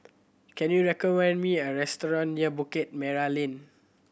can you recommend me a restaurant near Bukit Merah Lane